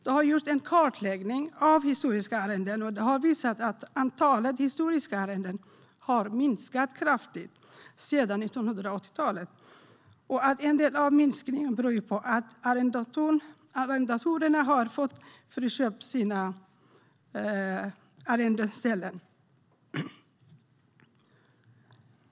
Det har gjorts en kartläggning av historiska arrenden, som har visat att antalet historiska arrenden har minskat kraftigt sedan 1980-talet och att en del av minskningen beror på att arrendatorerna har fått friköpa sina arrendeställen.